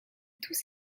tous